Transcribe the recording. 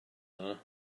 yna